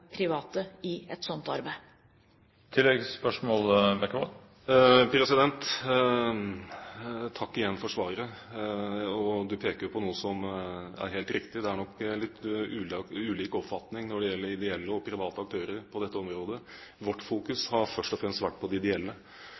private i et slikt arbeid. Jeg takker igjen for svaret. Du peker jo på noe som er helt riktig – det er nok litt ulik oppfatning når det gjelder ideelle og private aktører på dette området. Vårt fokus har først og fremst vært på de ideelle